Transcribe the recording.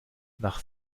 nach